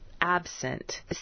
absent